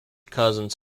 cousins